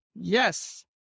Yes